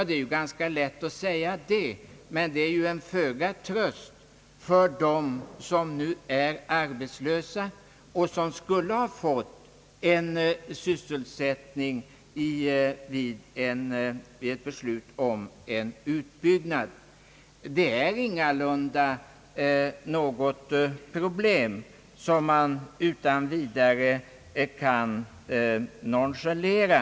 Det är ganska lätt att säga det, men det innebär föga tröst för dem som nu är arbetslösa och som skulle ha fått syssel sättning i händelse av ett beslut om utbyggnad. Detta är ingalunda ett problem som utan vidare kan nonchaleras.